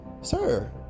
sir